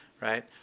right